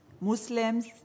Muslims